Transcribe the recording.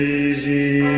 easy